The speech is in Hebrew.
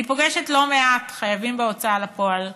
אני פוגשת לא מעט חייבים בהוצאה לפועל,